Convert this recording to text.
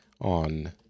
on